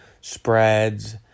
spreads